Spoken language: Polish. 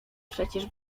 przecież